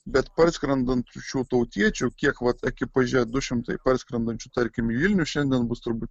bet parskrendant šių tautiečių kiek vat ekipaže du šimtai parskrendančių tarkim į vilnių šiandien bus turbūt